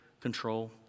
control